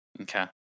Okay